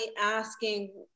asking